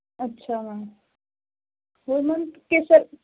ਅੱਛਾ ਮੈਮ ਹੋਰ ਮੈਮ ਕਿਸ